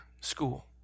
school